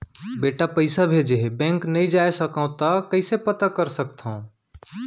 बेटा पइसा भेजे हे, बैंक नई जाथे सकंव त कइसे पता कर सकथव?